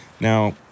Now